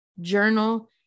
journal